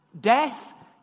Death